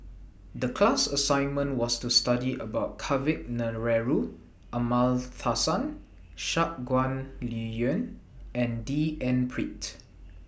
The class assignment was to study about Kavignareru Amallathasan Shangguan Liuyun and D N Pritt